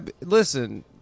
Listen